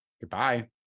goodbye